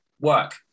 work